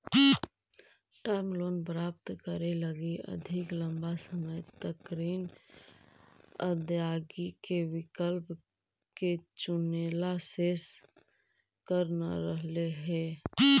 term loan प्राप्त करे लगी अधिक लंबा समय तक ऋण अदायगी के विकल्प के चुनेला शेष कर न रहऽ हई